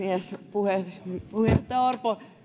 puhemies puheenjohtaja orpo